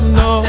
no